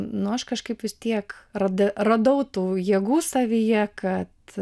nu aš kažkaip vis tiek randi radau tų jėgų savyje kad